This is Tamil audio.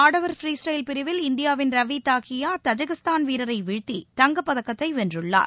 ஆடவர் ப்ரீ ஸ்டைல் பிரிவில் இந்தியாவின் ரவி தாஹியா தஜிகிஸ்தான் வீரரை வீழ்த்த தங்கப்பதக்கத்தை வென்றுள்ளார்